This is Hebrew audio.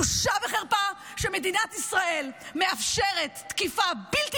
בושה וחרפה שמדינת ישראל מאפשרת תקיפה בלתי